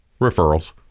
Referrals